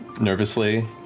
nervously